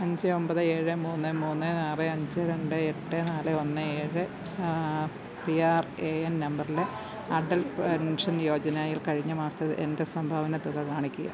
അഞ്ചേ ഒമ്പത് ഏഴ് മൂന്ന് മൂന്ന് ആറ് അഞ്ചേ് രണ്ട് എട്ട് നാല് ഒന്ന് ഏഴ് പി ആർ എ എൻ നമ്പറിലെ അടൽ പെൻഷൻ യോജനയിൽ കഴിഞ്ഞ മാസത്തെ എൻ്റെ സംഭാവന തുക കാണിക്കുക